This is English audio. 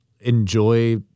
enjoy